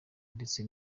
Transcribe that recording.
ndetse